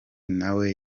nawe